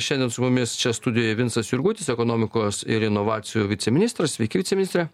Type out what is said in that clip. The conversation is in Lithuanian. šiandien su mumis čia studijoj vincas jurgutis ekonomikos ir inovacijų viceministras sveiki viceministre